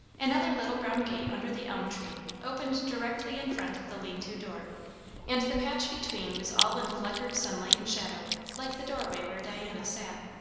another little brown gate under the elm-tree opened directly in front of the lean-to door and the patch between was all in fleckered sunlight and shadow, like the doorway where diana sat.